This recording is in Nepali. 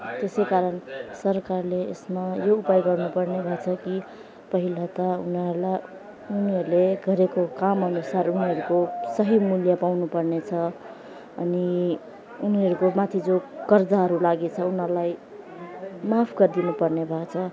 त्यसै कारण सरकारले यसमा यो उपाय गर्नुपर्ने भएको छ कि पहिला त उनीहरूलाई उनीहरूले गरेको काम अनुसार उनीहरूको सही मूल्य पाउनुपर्ने छ अनि उनीहरूको माथि जो कर्जाहरू लागेछ उनीहरूलाई माफ गरिदिनुपर्ने भएको छ